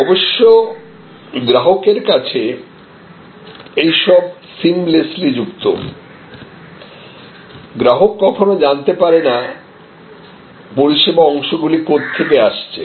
অবশ্য গ্রাহকের কাছে এইসব সিমলেসলি যুক্ত গ্রাহক কখনো জানতে পারে না পরিষেবা অংশগুলি কোথা থেকে আসছে